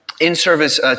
in-service